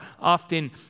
often